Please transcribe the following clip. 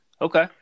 Okay